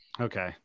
Okay